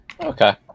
Okay